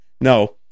No